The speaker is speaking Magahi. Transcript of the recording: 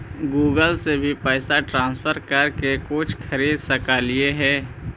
गूगल से भी पैसा ट्रांसफर कर के कुछ खरिद सकलिऐ हे?